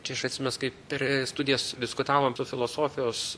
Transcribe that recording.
čia aš atsmenu mes kaip per studijas diskutavom su filosofijos